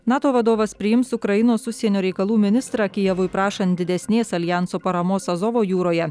nato vadovas priims ukrainos užsienio reikalų ministrą kijevui prašant didesnės aljanso paramos azovo jūroje